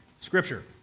Scripture